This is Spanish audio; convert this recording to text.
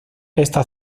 esta